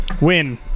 Win